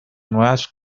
nuevas